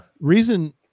Reason